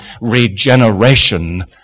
regeneration